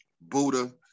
Buddha